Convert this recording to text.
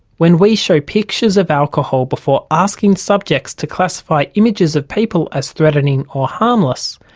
when we show pictures of alcohol before asking subjects to classify images of people as threatening or harmless,